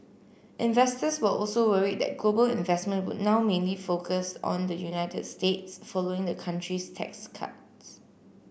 investors were also worried that global investment would now mainly focused on the United States following the country's tax cuts